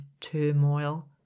turmoil